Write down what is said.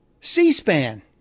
C-SPAN